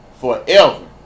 forever